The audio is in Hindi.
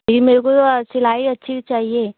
जी मेर को तो सिलाई अच्छी चाहिये